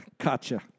gotcha